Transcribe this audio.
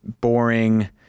Boring